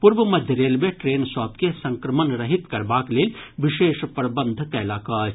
पूर्व मध्य railway train सभ के संक्रमण रहित करबाक लेल विशेष प्रबंध कयलक अछि